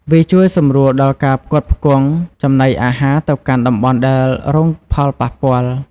វាជួយសម្រួលដល់ការផ្គត់ផ្គង់ចំណីអាហារទៅកាន់តំបន់ដែលរងផលប៉ះពាល់។